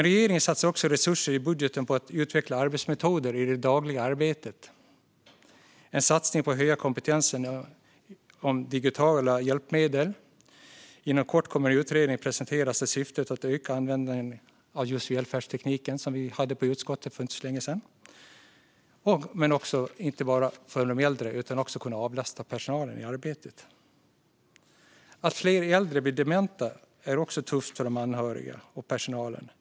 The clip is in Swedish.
Regeringen satsar också resurser i budgeten på att utveckla arbetsmetoder i det dagliga arbetet. En satsning är att höja kompetensen inom digitala hjälpmedel. Inom kort kommer en utredning att presenteras där syftet är att öka användandet av just välfärdstekniken. Det var uppe i utskottet för inte så länge sedan. Tekniken ska också kunna avlasta personalen i arbetet. Att fler äldre blir dementa är också tufft för anhöriga och personal.